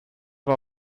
war